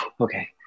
okay